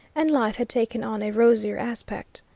and life had taken on a rosier aspect.